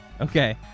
Okay